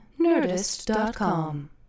nerdist.com